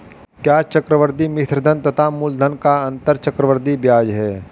क्या चक्रवर्ती मिश्रधन तथा मूलधन का अंतर चक्रवृद्धि ब्याज है?